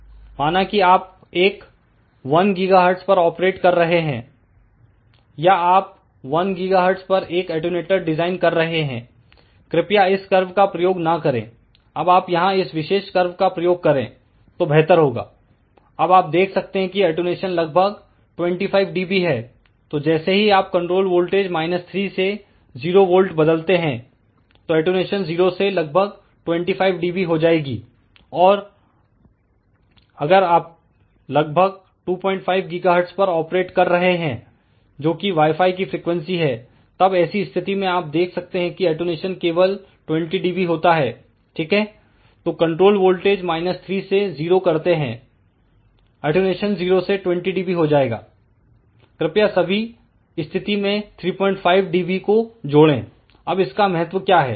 माना कि आप एक 1 GHz पर ऑपरेट कर रहे हैं या आप 1 GHz पर एक अटैंयूटर डिजाइन कर रहे हैं कृपया इस कर्व का प्रयोग ना करें अब आप यहां इस विशेष कर्व का प्रयोग करें तो बेहतर होगा अब आप देख सकते हैं कि अटेंन्यूशन लगभग 25 dB हैं तो जैसे ही आप कंट्रोल वोल्टेज 3 से 0V बदलते हैं तो अटेंन्यूशन 0 से लगभग 25 dB हो जाएगी और अगर आप लगभग 25 GHz पर ऑपरेट कर रहे हैं जोकि वाईफाई की फ्रीक्वेंसी है तब ऐसी स्थिति में आप देख सकते हैं कि अटेंन्यूशन केबल 20dB होता है ठीक है तो कंट्रोल वोल्टेज 3 से 0 करते हैं अटेंन्यूशन 0 से 20 dB हो जाएगा कृपया सभी स्थिति में 35 dB को जोड़ें अब इसका महत्व क्या है